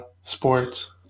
sports